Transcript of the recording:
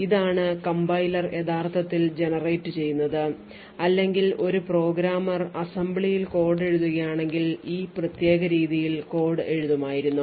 ഇതാണ് കംപൈലർ യഥാർത്ഥത്തിൽ ജനറേറ്റുചെയ്യുന്നത് അല്ലെങ്കിൽ ഒരു പ്രോഗ്രാമർ അസംബ്ലിയിൽ കോഡ് എഴുതുകയാണെങ്കിൽ ഈ പ്രത്യേക രീതിയിൽ കോഡ് എഴുതുമായിരുന്നു